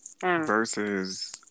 versus